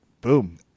boom